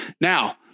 Now